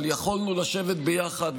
אבל יכולנו לשבת ביחד,